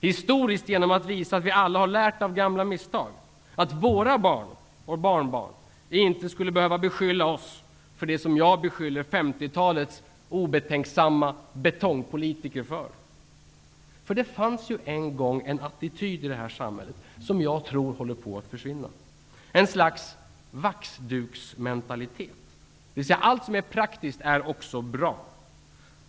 Historiskt -- genom att visa att vi alla har lärt av gamla misstag, så att våra barn och barnbarn inte skall behöva beskylla oss för det som jag beskyller 50-talets obetänksamma betongpolitiker för. Det fanns en gång en attityd i detta samhälle som jag tror håller på att försvinna. Det är en slags ''vaxduksmentalitet'' -- dvs. att allt som är praktiskt också är bra.